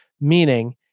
Meaning